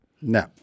No